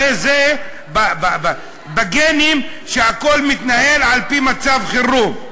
הרי זה בגנים שהכול מתנהל על-פי מצב חירום.